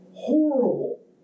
Horrible